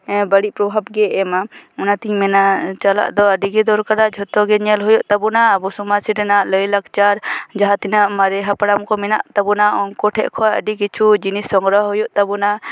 ᱵᱟᱹᱲᱤᱡ ᱯᱨᱚᱵᱷᱟᱵᱽ ᱜᱮᱭ ᱮᱢᱟ ᱚᱱᱟ ᱛᱤᱧ ᱢᱮᱱᱟ ᱪᱟᱞᱟᱜ ᱫᱚ ᱟᱹᱰᱤᱜᱮ ᱫᱚᱨᱠᱟᱨᱟ ᱡᱷᱚᱛᱚ ᱜᱮ ᱧᱮᱞ ᱦᱩᱭᱩᱜ ᱛᱟᱵᱚᱱᱟ ᱟᱵᱚ ᱥᱚᱢᱟᱡᱽ ᱨᱮᱱᱟᱜ ᱞᱟᱭᱼᱞᱟᱠᱪᱟᱨ ᱡᱟᱦᱟᱸ ᱛᱤᱱᱟᱹᱜ ᱢᱟᱨᱮ ᱦᱟᱯᱲᱟᱢ ᱠᱚ ᱢᱮᱱᱟᱜ ᱠᱚ ᱛᱟᱵᱚᱱᱟ ᱩᱱᱠᱩ ᱴᱷᱮᱱ ᱠᱷᱚᱱ ᱟᱹᱰᱤ ᱠᱤᱪᱷᱩ ᱡᱤᱱᱤᱥ ᱥᱚᱝᱜᱨᱚᱦᱚ ᱦᱩᱭᱩᱜ ᱛᱟᱵᱚᱱᱟ